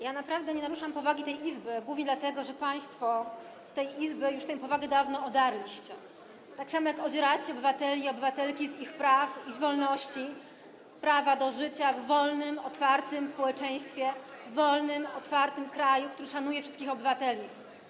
Ja naprawdę nie naruszam powagi tej Izby głównie dlatego, że państwo tę Izbę z tej powagi już dawno odarliście, tak samo jak odzieracie obywateli i obywatelki z ich praw i wolności, prawa do życia w wolnym, otwartym społeczeństwie, wolnym, otwartym kraju, który szanuje wszystkich obywateli.